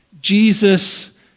Jesus